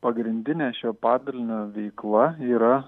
pagrindinė šio padalinio veikla yra